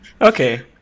Okay